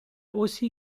aussi